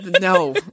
No